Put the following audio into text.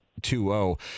2-0